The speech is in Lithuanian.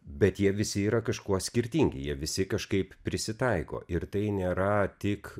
bet jie visi yra kažkuo skirtingi jie visi kažkaip prisitaiko ir tai nėra tik